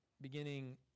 beginning